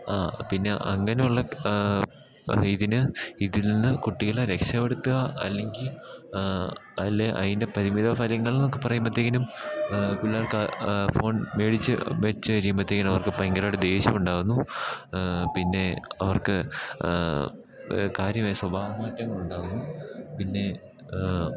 ആ പിന്നെ അങ്ങനെയുള്ള ഇതിന് ഇതിൽന്ന് കുട്ടികളെ രക്ഷപ്പെെടുത്തുക അല്ലെങ്കിൽ അല്ല അതിൻ്റെ പരിമിത ഫലങ്ങൾ എന്നൊക്കെ പറയുമ്പോഴത്തേക്കും പിള്ളേർക്ക് ഫോൺ മേടിച്ചു വച്ചു കഴിയുമ്പോഴത്തേക്കും അവർക്ക് ഭയങ്കരമായിട്ട് ദേഷ്യം ഉണ്ടാകുന്നു പിന്നെ അവർക്ക് കാര്യമായ സ്വഭാവ മാറ്റങ്ങൾ ഉണ്ടാകുന്നു പിന്നെ